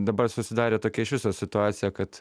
dabar susidarė tokia iš viso situacija kad